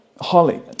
Holly